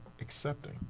accepting